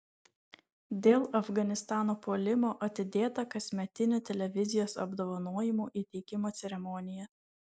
dėl afganistano puolimo atidėta kasmetinių televizijos apdovanojimų įteikimo ceremonija